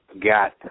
got